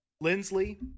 Lindsley